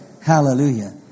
Hallelujah